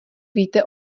víte